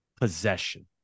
possession